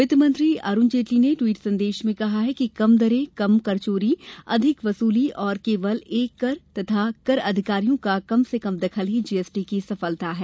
वित्तमंत्री अरुण जेटली से ट्वीट संदेश में कहा कि कम दरें कम कर चोरी अधिक वसुली और केवल एक कर तथा कर अधिकारियों का कम से कम दखल ही जीएसटी की सफलता है